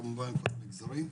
כמובן במגזרים.